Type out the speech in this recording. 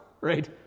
right